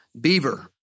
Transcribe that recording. Beaver